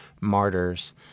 martyrs